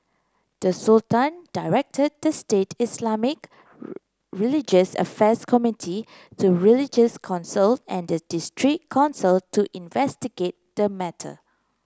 the Sultan directed the state Islamic religious affairs committee to religious council and the district council to investigate the matter